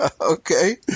Okay